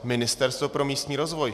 Ministerstvo pro místní rozvoj.